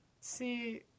See